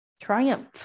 triumph